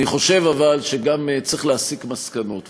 אני חושב, אבל, שגם צריך להסיק מסקנות.